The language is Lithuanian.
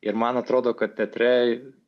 ir man atrodo kad teatre